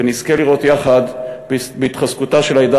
ונזכה לראות יחד בהתחזקותה של העדה